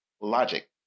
logic